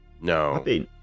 No